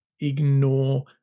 ignore